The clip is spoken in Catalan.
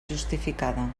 justificada